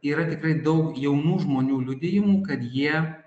yra tikrai daug jaunų žmonių liudijimų kad jie